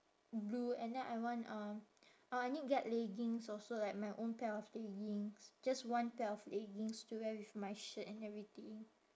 blue and then I want uh uh I need get leggings like my own pair of leggings just one pair of leggings to wear with my shirt and everything